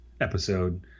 episode